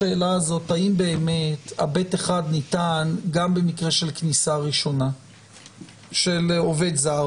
השאלה האם ב1 ניתן גם במקרה של כניסה ראשונה של עובד זר,